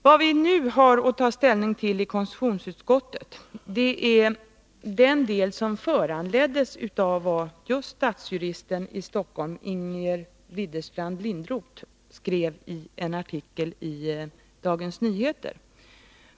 Vad vi nu har att ta ställning till i konstitutionsutskottet är den del som föranleddes av vad stadsjuristen i Stockholm Inger Ridderstrand-Linderoth skrev i en artikel i Dagens Nyheter.